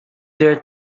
their